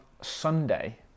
Sunday